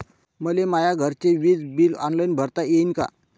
मले माया घरचे विज बिल ऑनलाईन भरता येईन का?